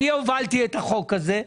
אני הובלתי את החוק הזה,